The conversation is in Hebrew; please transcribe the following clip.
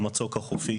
החופי.